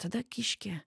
tada kiškė